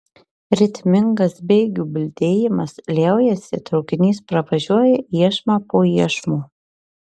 ritmingas bėgių bildėjimas liaujasi traukinys pravažiuoja iešmą po iešmo